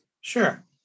Sure